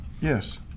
Yes